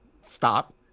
stop